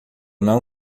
não